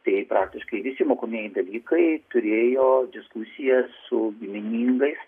tai praktiškai visi mokomieji dalykai turėjo diskusijas su giminingais